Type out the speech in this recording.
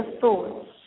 thoughts